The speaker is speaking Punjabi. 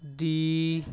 ਦੀ